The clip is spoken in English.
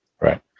Right